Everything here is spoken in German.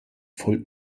voll